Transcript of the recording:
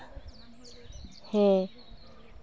ᱦᱮᱸ